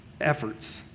efforts